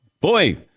Boy